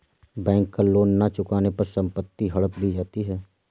bank का loan न चुकाने पर संपत्ति हड़प ली जाती है